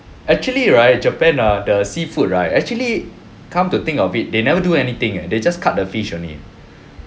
actually right japan ah the seafood right actually come to think of it they never do anything eh they just cut the fish only eh